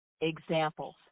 examples